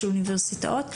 של האוניברסיטאות,